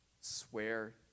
Swear